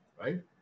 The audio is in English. right